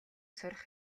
сурах